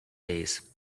days